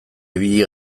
ibili